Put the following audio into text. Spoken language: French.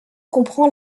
comprend